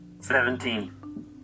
Seventeen